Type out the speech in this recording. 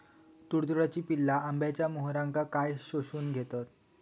तुडतुड्याची पिल्ला आंब्याच्या मोहरातना काय शोशून घेतत?